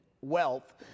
wealth